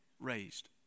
raised